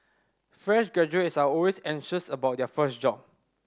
fresh graduates are always anxious about their first job